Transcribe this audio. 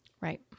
Right